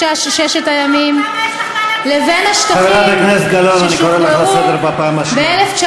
הכנסת אייכלר, ואני רוצה רק שתקשיבו לו.